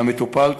המטופלת,